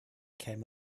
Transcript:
came